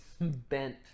bent